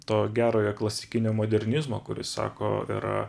to gerojo klasikinio modernizmo kuris sako yra